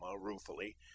ruefully